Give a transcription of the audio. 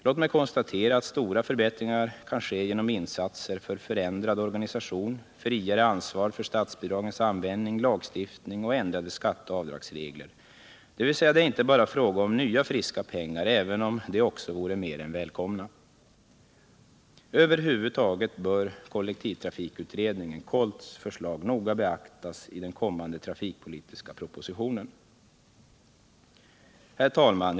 Låt mig konstatera att stora förbättringar kan ske genom insatser för förändrad organisation, friare ansvar för statsbidragens användning, lagstiftning och ändrade skatteoch avdragsregler, dvs. det är inte bara fråga om nya friska pengar, även om de också vore mer än välkomna. Över huvud taget bör kollektivtrafikutredningens, KOLT:s, förslag noga beaktas i den kommande trafikpolitiska propositionen. Herr talman!